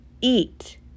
eat